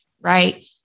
right